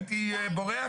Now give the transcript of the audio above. הייתי בורח,